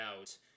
out